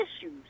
issues